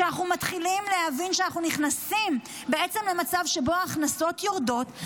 כשאנחנו מתחילים להבין שאנחנו נכנסים בעצם למצב שבו ההכנסות יורדות,